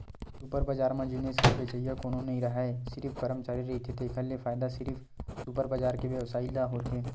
super बजार म जिनिस के बेचइया कोनो नइ राहय सिरिफ करमचारी रहिथे तेखर ले फायदा सिरिफ सुपर बजार के बेवसायी ल होथे